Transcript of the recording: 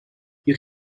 you